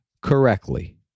correctly